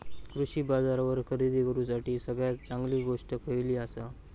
कृषी बाजारावर खरेदी करूसाठी सगळ्यात चांगली गोष्ट खैयली आसा?